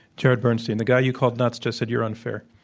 hared bernstein, the guy you called nuts just said you're unfair.